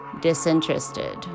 disinterested